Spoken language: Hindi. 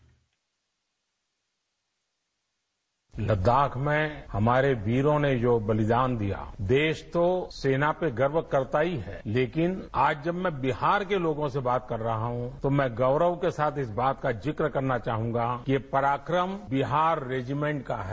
बाइट लद्दाख में हमारे वीरों ने जो बलिदान दिया देश तो सेना पर गर्व करता ही है लेकिन आज जब मैं बिहार के लोगों से बात कर रहा हूं तो मैं गौरव के साथ इस बात की जिक्र करना चाहूंगा कि ये पराक्रम बिहार रेजिमेंट का है